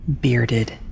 bearded